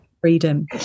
freedom